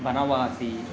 Banavasi